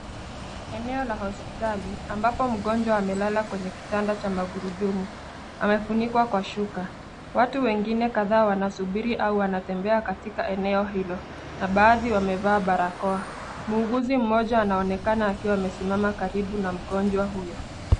Eneo la hospitali ambapo mgonjwa amelala kwenye kitanda cha magurudumu. Amefunikwa shuka. Watu wengine wengi wanasubiri au wanatembea katika eneo hilo na baadhi wamevaa barakoa. Muuguzi mmoja anaonekana akiwa amesimama karibu na mgonjwa huyo.